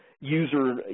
user